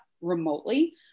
remotely